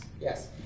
Yes